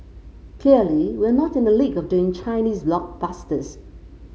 clearly we're not in the league of doing Chinese blockbusters